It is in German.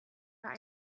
bei